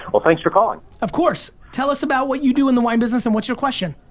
well thanks for calling. of course, tell us about what you do in the wine business and what's your question?